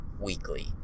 weekly